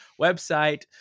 website